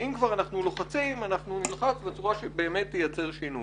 שאם כבר אנחנו לוחצים אנחנו נלחץ בצורה שבאמת תייצר שינוי.